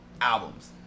albums